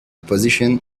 position